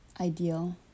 ideal